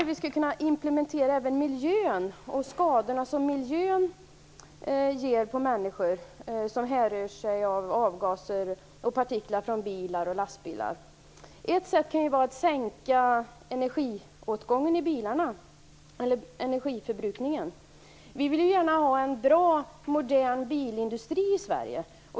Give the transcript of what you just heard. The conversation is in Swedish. Hur skall vi kunna implementera detta även när det gäller miljön och de skador på människor som miljön ger - skador som härrör från avgaser och partiklar från bilar och lastbilar? Ett sätt kan vara att minska bilarnas energiförbrukning. Vi vill ju gärna ha en bra och modern bilindustri i Sverige.